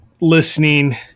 listening